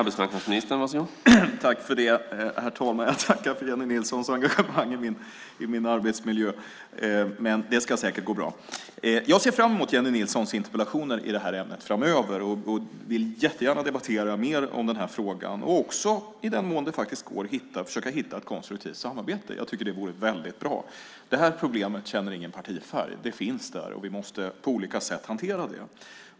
Herr talman! Jag tackar för Jennie Nilssons engagemang i min arbetsmiljö. Men det ska säkert gå bra! Jag ser fram emot Jennie Nilssons interpellationer i det här ämnet framöver. Jag vill jättegärna debattera den här frågan mer och också i den mån det går försöka hitta ett konstruktivt samarbete. Det vore väldigt bra. Det här problemet känner ingen partifärg. Det finns där, och vi måste på olika sätt hantera det.